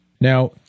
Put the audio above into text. Now